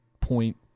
point